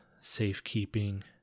safekeeping